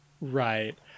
right